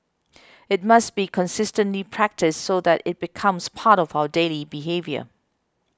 it must be consistently practised so that it becomes part of our daily behaviour